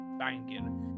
banking